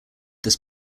this